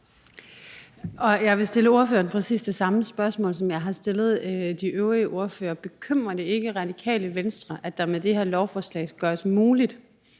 Jeg vil stille ordføreren præcis det samme spørgsmål, som jeg har stillet de øvrige ordførere. Bekymrer det ikke Radikale Venstre, at det med det her lovforslag gøres muligt